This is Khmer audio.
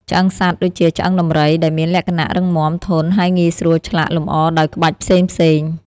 ឆ្អឹងសត្វ ដូចជា ឆ្អឹងដំរី ដែលមានលក្ខណៈរឹងមាំ ធន់ ហើយងាយស្រួលឆ្លាក់លម្អដោយក្បាច់ផ្សេងៗ។